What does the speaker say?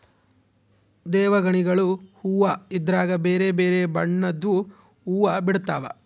ದೇವಗಣಿಗಲು ಹೂವ್ವ ಇದ್ರಗ ಬೆರೆ ಬೆರೆ ಬಣ್ಣದ್ವು ಹುವ್ವ ಬಿಡ್ತವಾ